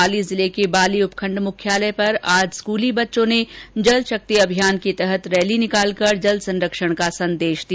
पाली जिले के बाली उपखण्ड मुख्यालय पर आज स्कूली बच्चों ने जल शक्ति अभियान के तहत रेली निकालकर जल सरक्षण का संदेश दिया